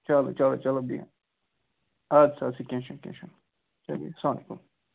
چلو چلو چلو بِہو اَدسا اَدسا کیٚنٛہہ چھُنہٕ کیٚنٛہہ چھُنہٕ چَلیے السلامُ علیکُم